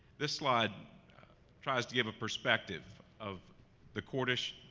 this slide tries to give a perspective of the cordish,